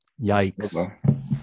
Yikes